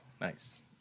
Nice